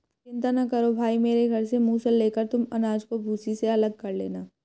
चिंता ना करो भाई मेरे घर से मूसल लेकर तुम अनाज को भूसी से अलग कर लेना